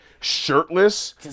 shirtless